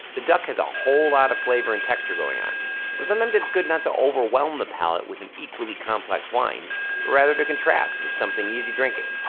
the duck has a whole lot of flavor and texture going on so sometimes it's good not to overwhelm the palate with an equally complex wine but rather to contrast with something easy drinking.